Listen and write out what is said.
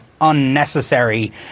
unnecessary